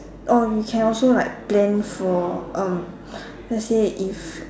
oh you can also like plan for um let's say if